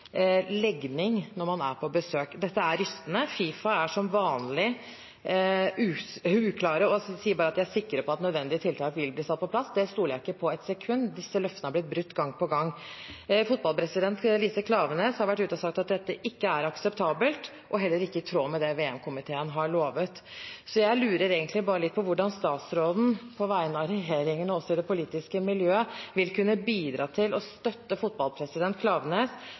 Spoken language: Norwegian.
legning når man er på besøk. Dette er rystende. FIFA er som vanlig uklare og sier bare at de er sikre på at nødvendige tiltak vil komme på plass. Det stoler jeg ikke på ett sekund – disse løftene er blitt brutt gang på gang. Fotballpresident Lise Klaveness har vært ute og sagt at dette ikke er akseptabelt, og heller ikke i tråd med det VM-komiteen har lovet. Så jeg lurer egentlig bare litt på hvordan statsråden, på vegne av regjeringen og det politiske miljøet, vil kunne bidra til å støtte fotballpresident